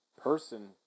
person